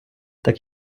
так